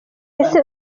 ese